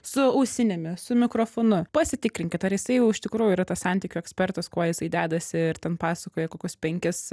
su ausinėmis su mikrofonu pasitikrinkit ar jisai jau iš tikrųjų yra tas santykių ekspertas kuo jisai dedasi ir ten pasakoja kokis penkis